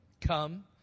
Come